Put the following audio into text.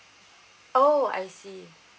orh I see